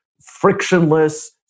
frictionless